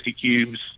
cubes